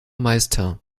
meister